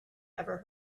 ever